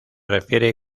refiere